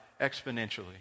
exponentially